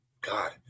God